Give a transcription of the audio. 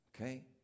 okay